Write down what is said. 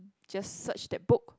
just search that book